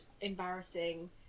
embarrassing